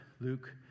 Luke